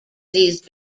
these